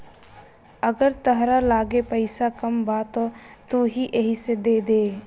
अगर तहरा लगे पईसा कम बा त तू एही से देद